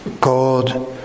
God